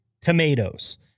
tomatoes